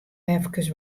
efkes